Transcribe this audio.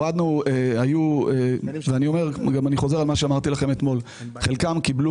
אני חוזר על מה שאמרתי לכם אתמול: חלקם קיבלו